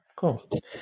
Cool